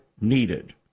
needed